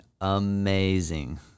amazing